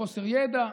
בחוסר ידע,